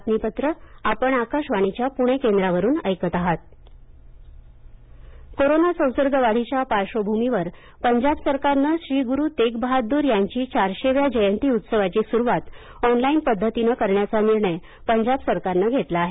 Punjab Prakash Parv corona संसर्ग वाढीच्या पार्श्वभूमीवर पंजाब सरकारनं श्री गुरु तेगबहादूर यांची चारशेव्या जयंती उत्सवाची सुरुवात ऑनलाईन पद्धतीनं करण्याचा निर्णय पंजाब सरकारनं घेतला आहे